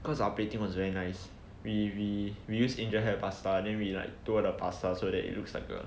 cause our plating was very nice we we use angel hair pasta we twirl the pasta so that it looks like a